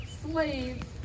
slaves